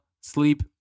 sleep